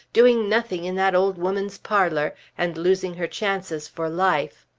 doing nothing in that old woman's parlour, and losing her chances for life.